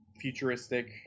futuristic